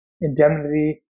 indemnity